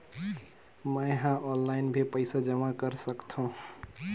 मैं ह ऑनलाइन भी पइसा जमा कर सकथौं?